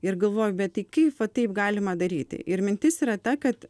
ir galvoju bet tai kaip va taip galima daryti ir mintis yra ta kad